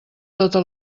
tota